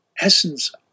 essence